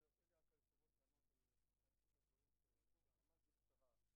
אני מתייחסת לנוסח שחולק לכם במהלך הישיבה,